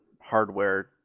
hardware